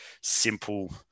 simple